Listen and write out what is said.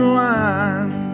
line